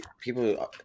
people